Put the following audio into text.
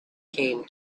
came